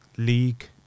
League